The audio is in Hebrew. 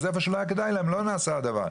אז איפה שלא היה כדאי להם לא נעשה הדבר.